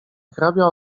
hrabia